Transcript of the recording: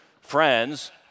friends